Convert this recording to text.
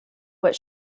what